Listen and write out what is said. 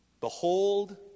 ...behold